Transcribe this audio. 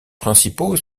principaux